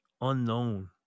unknown